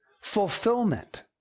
fulfillment